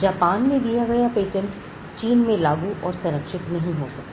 Japan में दिया गया पेटेंट चीन में लागू और संरक्षित नहीं हो सकता